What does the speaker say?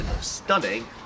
stunning